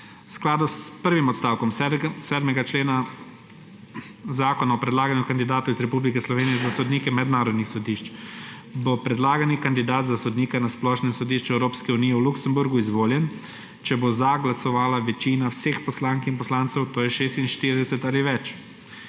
V skladu s prvim odstavkom 7. člena Zakona o predlaganju kandidatov iz Republike Slovenije za sodnike mednarodnih sodišč bo predlagani kandidat za sodnika na Splošnem sodišču Evropske unije v Luksemburgu izvoljen, če bo za glasovala večina vseh poslank in poslancev, to je 46 ali več.